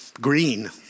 Green